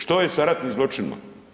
Što je sa ratnim zločinima?